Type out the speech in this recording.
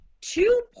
two